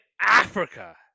Africa